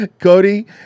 Cody